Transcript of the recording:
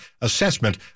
assessment